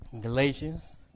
Galatians